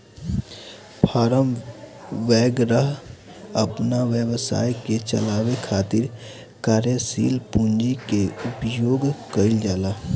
form वैगरह अपना व्यवसाय के चलावे खातिर कार्यशील पूंजी के उपयोग कईल जाला